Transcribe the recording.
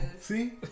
see